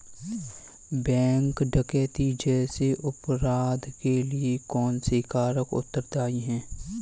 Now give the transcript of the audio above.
Bank डकैती जैसे अपराध के लिए कौन से कारक उत्तरदाई हैं?